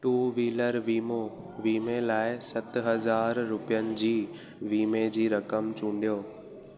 two wheeler वीमो वीमे लाइ सत हज़ार रुपियनि जी वीमे जी रक़म चूंडियो